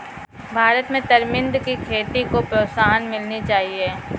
भारत में तरमिंद की खेती को प्रोत्साहन मिलनी चाहिए